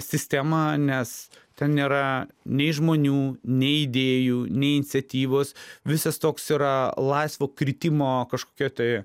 sistemą nes ten nėra nei žmonių nei idėjų nei iniciatyvos visas toks yra laisvo kritimo kažkokioj tai